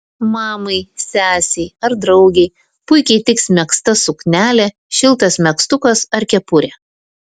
mamai sesei ar draugei puikiai tiks megzta suknelė šiltas megztukas ar kepurė